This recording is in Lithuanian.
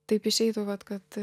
taip išeitų vat kad